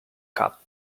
cup